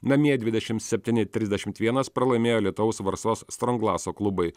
namie dvidešimt septyni trisdešimt vienas pralaimėjo alytaus varsos stranglaso klubui